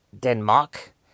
Denmark